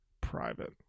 Private